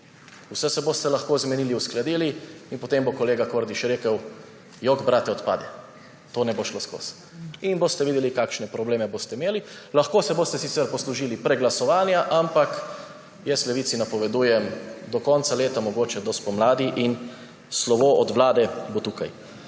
Vse se boste lahko zmenili, uskladili in potem bo kolega Kordiš rekel, jok brate, odpade, to ne bo šlo skozi. In boste videli, kakšne probleme boste imeli. Lahko se boste sicer poslužili preglasovanja, ampak jaz Levici napovedujem do konca leta, mogoče do spomladi in slovo od Vlade bo tukaj.